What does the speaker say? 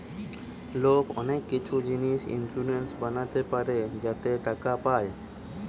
লোক অনেক কিছু জিনিসে ইন্সুরেন্স বানাতে পারে যাতে টাকা পায়